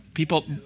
People